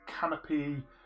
canopy